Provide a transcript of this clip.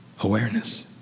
Awareness